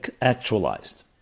actualized